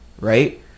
right